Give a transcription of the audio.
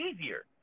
easier